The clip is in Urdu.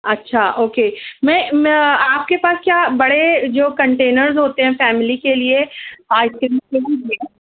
اچھا اوکے میں میں آپ کے پاس کیا بڑے جو کنٹینرز ہوتے ہیں فیملی کے لیے آئس کریم کے